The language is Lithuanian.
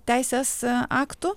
teisės aktu